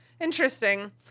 Interesting